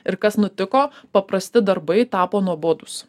ir kas nutiko paprasti darbai tapo nuobodūs